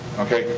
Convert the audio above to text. okay?